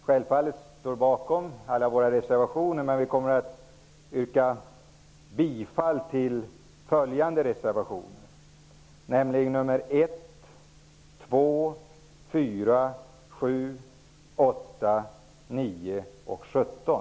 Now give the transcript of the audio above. Självfallet står vi bakom alla våra reservationer, men jag yrkar bifall till reservationerna 1, 2, 4, 7, 8, 9 och 17.